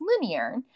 linear